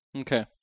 Okay